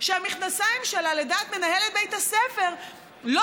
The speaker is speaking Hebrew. שהמכנסיים שלה לדעת מנהלת בית הספר לא